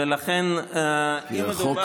ולכן אם מדובר,